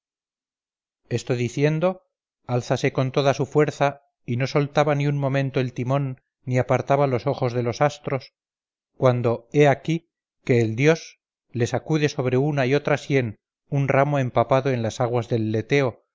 esto diciendo álzase con toda su fuerza y no soltaba ni un momento el timón ni apartaba los ojos de los astros cuando he aquí que el dios le sacude sobre una y otra sien un ramo empapado en las aguas del leteo